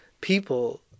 people